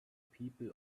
people